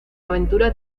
aventura